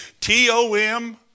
T-O-M